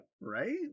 right